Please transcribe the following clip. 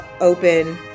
open